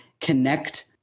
connect